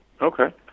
Okay